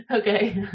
Okay